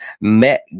Met